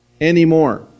anymore